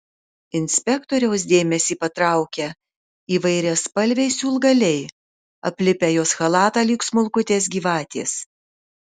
inspektoriaus dėmesį patraukia įvairiaspalviai siūlgaliai aplipę jos chalatą lyg smulkutės gyvatės